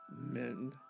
men